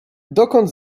dokąd